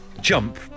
jump